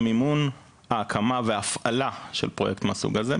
המימון ההקמה וההפעלה של פרויקט מהסוג הזה,